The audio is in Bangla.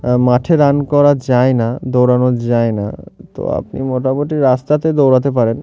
মাঠে রান করা যায় না দৌড়ানো যায় না তো আপনি মোটামুটি রাস্তাতে দৌড়াতে পারেন